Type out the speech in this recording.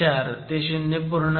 4 0